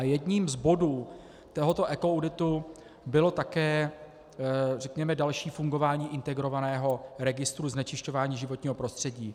Jedním z bodů tohoto ekoauditu bylo také, řekněme, další fungování integrovaného registru znečišťování životního prostředí.